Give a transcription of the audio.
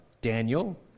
Daniel